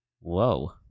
whoa